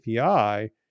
API